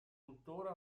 tuttora